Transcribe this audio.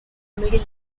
middle